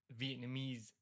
Vietnamese